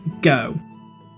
go